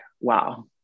wow